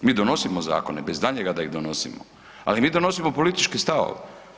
Mi donosimo zakone bez daljnjega da ih donosimo, ali mi donosimo političke stavove.